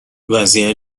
وضعیت